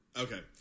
Okay